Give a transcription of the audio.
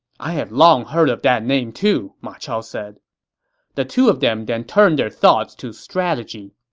i have long heard of that name, too, ma chao said the two of them then turned their thoughts to strategy